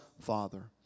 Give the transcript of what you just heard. Father